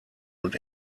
und